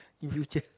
in future